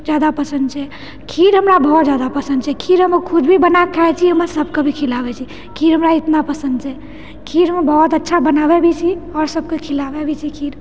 जादा पसन्द छै खीर हमरा बहुत जादा पसन्द छै खीर हम खुद भी बनायके खाइ छियै म सबके भी खिलाबै छियै खीर हमरा इतना पसन्द छै खीर हम बहुत अच्छा बनाबै भी छियै आओर सबके खिलाबै भी छियै खीर